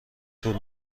طول